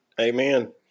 Amen